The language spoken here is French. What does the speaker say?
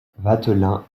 vatelin